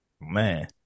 Man